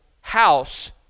house